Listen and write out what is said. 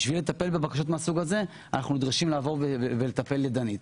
בשביל לטפל בבקשות מהסוג הזה אנחנו נדרשים לעבור ולטפל ידנית.